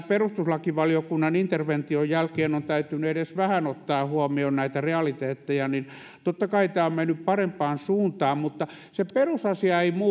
perustuslakivaliokunnan intervention jälkeen on täytynyt edes vähän ottaa huomioon näitä realiteetteja niin totta kai tämä on mennyt parempaan suuntaan mutta se perusasia ei